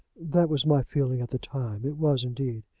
that was my feeling at the time it was indeed.